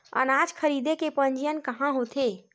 अनाज खरीदे के पंजीयन कहां होथे?